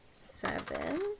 seven